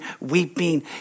weeping